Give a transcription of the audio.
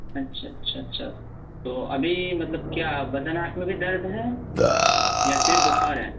اچھا اچھا اچھا تو ابھی مطلب کیا بدن ہاتھ میں بھی درد ہے یا صرف بخار ہے